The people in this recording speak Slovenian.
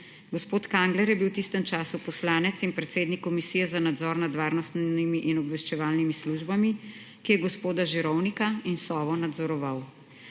Gospod Kangler je bil v tistem času poslanec in predsednik Komisije za nadzor nad varnostnimi in obveščevalnimi službami, ki je gospoda Žirovnika in Sovo nadzoroval.